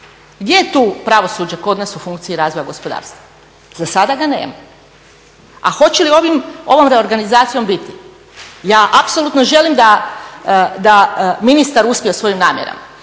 Gdje je tu pravosuđe kod nas u funkciji razvoja gospodarstva? Za sada ga nema. A hoće li ovom reorganizacijom biti? Ja apsolutno želim da ministar uspije u svojim namjerama,